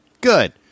Good